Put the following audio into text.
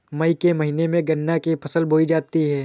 मई के महीने में गन्ना की फसल बोई जाती है